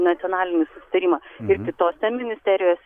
nacionalinį susitarimą ir kitose ministerijose